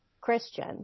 Christian